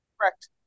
Correct